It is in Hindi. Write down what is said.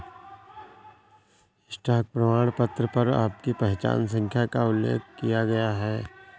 स्टॉक प्रमाणपत्र पर आपकी पहचान संख्या का उल्लेख किया गया है